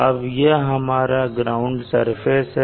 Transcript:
अब यह हमारा ग्राउंड सरफेस है